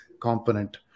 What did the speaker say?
component